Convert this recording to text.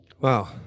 Wow